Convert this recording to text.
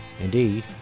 Indeed